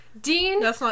Dean